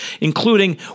including